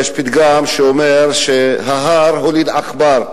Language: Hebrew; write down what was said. יש פתגם שאומר: ההר הוליד עכבר.